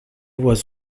was